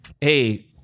Hey